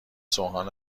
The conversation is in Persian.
سوهان